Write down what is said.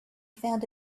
found